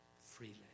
freely